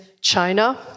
China